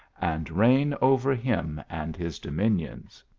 and reign over him and his dominions.